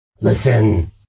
Listen